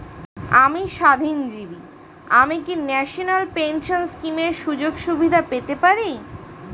আমি স্বাধীনজীবী আমি কি ন্যাশনাল পেনশন স্কিমের সুযোগ সুবিধা পেতে পারি?